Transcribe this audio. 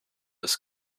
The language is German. ist